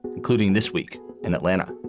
including this week in atlanta